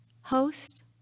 host